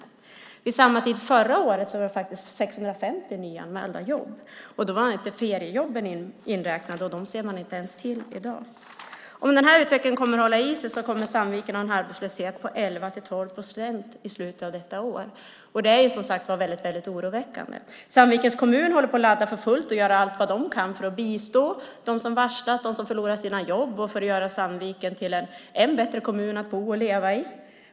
Vid samma tid förra året var det 650 nyanmälda jobb, och då var inte feriejobben inräknade. Dem ser man inte ens till i dag. Om den här utvecklingen håller i sig kommer Sandviken att ha en arbetslöshet på 11-12 procent i slutet av detta år. Det är som sagt väldigt oroväckande. Sandvikens kommun håller på att ladda för fullt för att göra allt vad man kan för att bistå dem som varslas och förlorar sina jobb och för att göra Sandviken till en än bättre kommun att bo och leva i.